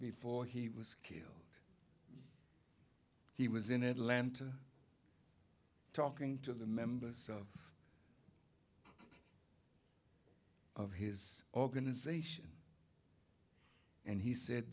before he was killed he was in atlanta talking to the members of his organization and he said